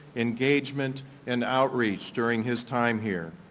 engagement and outreach during his time here.